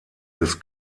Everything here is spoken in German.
des